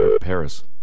Paris